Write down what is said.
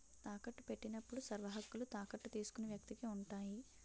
తాకట్టు పెట్టినప్పుడు సర్వహక్కులు తాకట్టు తీసుకున్న వ్యక్తికి ఉంటాయి